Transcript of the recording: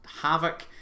havoc